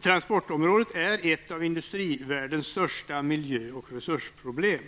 Transportområdet är ett av industrivärldens största miljö coh resursproblem.